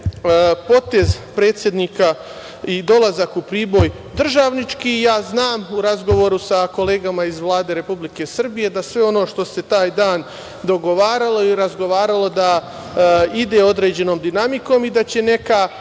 potez predsednika i dolazak u Priboj državnički. Ja znam u razgovoru sa kolegama iz Vlade Republike Srbije da sve ono što se taj dan dogovaralo i razgovaralo, da ide određenom dinamikom i da će neka